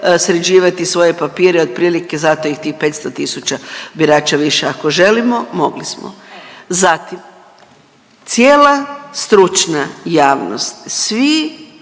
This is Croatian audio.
sređivati svoje papire otprilike zato i tih 500 tisuća birača više. Ako želimo mogli smo. Zatim, cijela stručna javnost, svi